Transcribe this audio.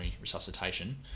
resuscitation